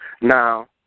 Now